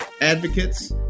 advocates